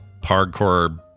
hardcore